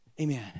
Amen